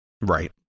right